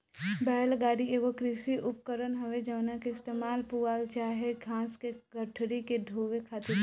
बैल गाड़ी एगो कृषि उपकरण हवे जवना के इस्तेमाल पुआल चाहे घास के गठरी के ढोवे खातिर होला